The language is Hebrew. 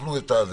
היפכנו את זה.